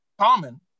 common